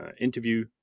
interview